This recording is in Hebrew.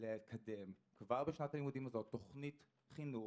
לקדם כבר בשנת הלימודים הזו תוכנית חינוך